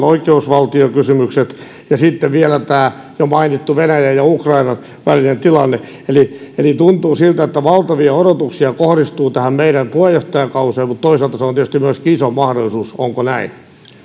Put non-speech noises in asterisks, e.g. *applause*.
*unintelligible* oikeusvaltiokysymykset ja sitten vielä tämä jo mainittu venäjän ja ukrainan välinen tilanne eli eli tuntuu siltä että valtavia odotuksia kohdistuu tähän meidän puheenjohtajakauteemme mutta toisaalta se on tietysti myöskin iso mahdollisuus onko näin